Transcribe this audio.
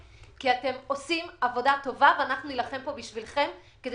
כי אתם עושים עבודה טובה ונילחם בשבילכם כדי